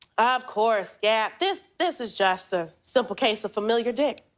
ah of course, yeah. this this is just a simple case of familiar dick.